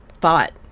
thought